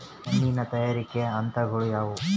ಮಣ್ಣಿನ ತಯಾರಿಕೆಯ ಹಂತಗಳು ಯಾವುವು?